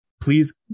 please